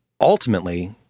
ultimately